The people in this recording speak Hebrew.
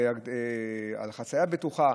על חציה בטוחה,